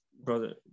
brother